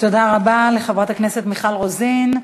תודה רבה לחברת הכנסת מיכל רוזין.